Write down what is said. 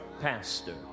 pastor